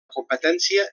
competència